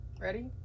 Ready